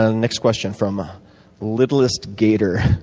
ah next question from littlest gator.